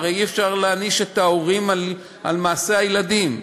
הרי אי-אפשר להעניש את ההורים על מעשי הילדים.